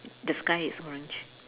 the sky is orange